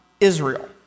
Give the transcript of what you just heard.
Israel